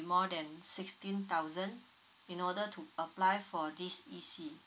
more than sixteen thousand in order to apply for this E_C